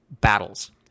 battles